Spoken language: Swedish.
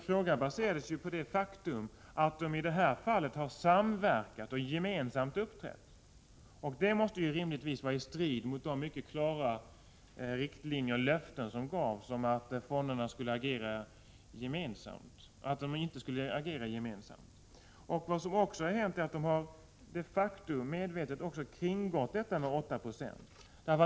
Frågan baserade sig på det faktum att fonderna i det här fallet har samverkat och uppträtt gemensamt, och det måste rimligtvis stå i strid med de mycket klara löften som gavs att fonderna inte skulle agera gemensamt. Vad som har hänt är också att de de facto medvetet har kringgått denna begränsning.